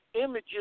images